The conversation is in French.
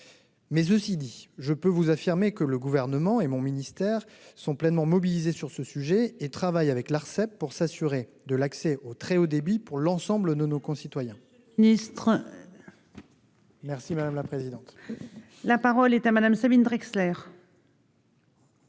Cela dit, je peux vous assurer que le Gouvernement et mon ministère sont pleinement mobilisés sur ce sujet et travaillent avec l'Arcep afin d'assurer l'accès au très haut débit à l'ensemble de nos concitoyens.